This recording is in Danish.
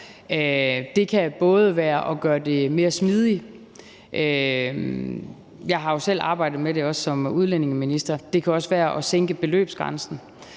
Det kan være at gøre det mere smidigt – jeg har jo selv arbejdet med det som udlændingeminister – og det kan også være at sænke beløbsgrænsen.